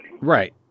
Right